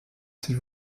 s’il